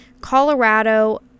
Colorado